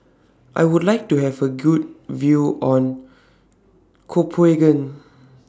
I Would like to Have A Good View on Copenhagen